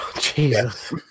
Jesus